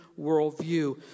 worldview